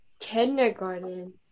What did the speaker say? Kindergarten